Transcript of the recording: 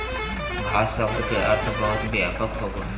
घास शब्द के अर्थ बहुत व्यापक होबो हइ